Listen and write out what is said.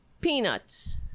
peanuts